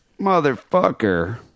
motherfucker